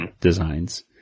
designs